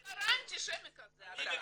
מה קרה אנטישמי כזה אתה?